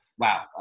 wow